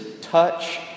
touch